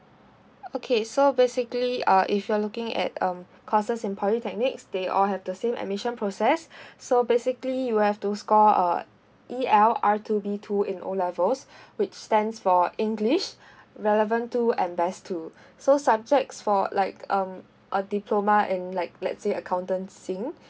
okay so basically uh if you're looking at um courses in polytechnics they all have the same admission process so basically you have to score a E_L_R two B two in O levels which stands for english relevant two and best two so subjects for like um a diploma in like let's say accountancy